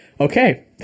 Okay